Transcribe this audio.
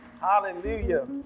Hallelujah